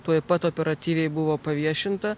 tuoj pat operatyviai buvo paviešinta